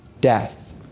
death